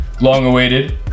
long-awaited